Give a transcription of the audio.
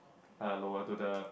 uh lower to the